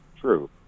true